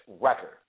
record